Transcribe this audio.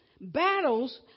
Battles